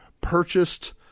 purchased